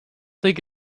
think